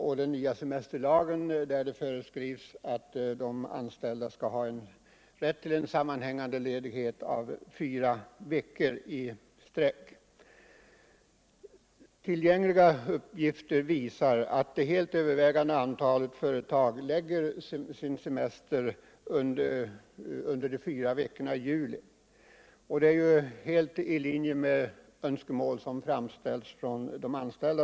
I den nya semesterlagen föreskrivs ju att de anställda har rätt till en sammanhängande ledighet i fvra veckor. Tillgängliga uppgifter visar att det helt övervägande antalet företag förlägger semestern till de fyra veckorna i juli — helt i linje med önskemål som har framställts från de anställda.